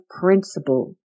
principle